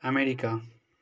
America